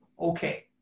okay